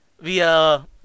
via